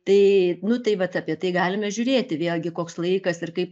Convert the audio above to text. tai nu tai vat apie tai galime žiūrėti vėlgi koks laikas ir kaip